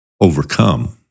overcome